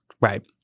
right